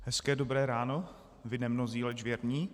Hezké dobré ráno, vy nemnozí, leč věrní.